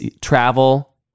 travel